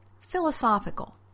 philosophical